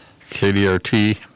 KDRT